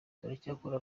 turacyakora